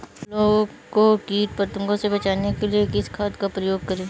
फसलों को कीट पतंगों से बचाने के लिए किस खाद का प्रयोग करें?